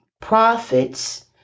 prophets